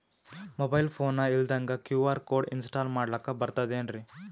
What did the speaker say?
Mobile phone ಇಲ್ದಂಗ QR code install ಮಾಡ್ಲಕ ಬರ್ತದೇನ್ರಿ?